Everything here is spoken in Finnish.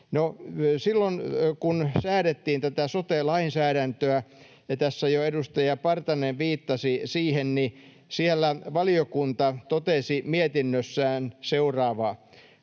silloin kun säädettiin tätä sote-lainsäädäntöä — ja tässä jo edustaja Partanen viittasi siihen — niin siellä valiokunta totesi mietinnössään seuraavaa: